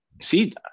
see